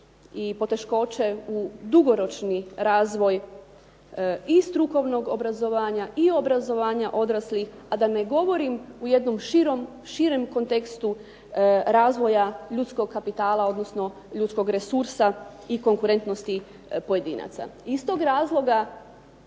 i poteškoće u dugoročni razvoj i strukovnog obrazovanja i obrazovanja odraslih a ne govorim u jednom širem kontekstu razvoja ljudskog kapitala odnosno ljudskog resursa i konkurentnosti pojedinaca. Iz tog razloga